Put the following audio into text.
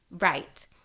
Right